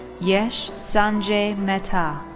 yash sanjay mehta.